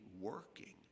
working